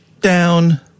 down